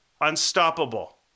unstoppable